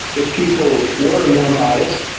if people were more modest,